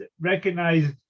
recognized